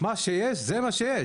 מה שיש, זה מה שיש.